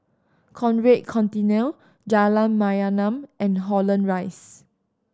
Conrad Centennial Jalan Mayaanam and Holland Rise